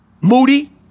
Moody